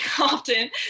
often